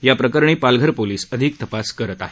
याप्रकरणी पालघर पोलीस अधिक तपास करत आहेत